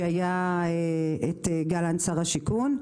זה קרה כשגלנט היה שר השיכון.